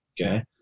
Okay